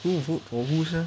who vote for who sia